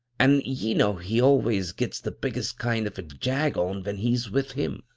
an' ye know he always gits the biggest kind of a jag on when he'a with him.